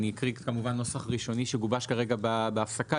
אני אקריא נוסח ראשוני שגובש כרגע בהפסקה,